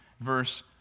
verse